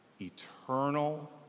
eternal